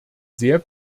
sehr